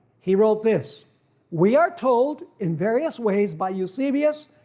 he wrote this we are told in various ways by eusebius,